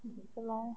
!walao!